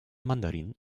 mandarin